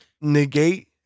negate